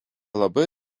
labai